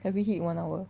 have we hit one hour